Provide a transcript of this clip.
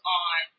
on